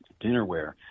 dinnerware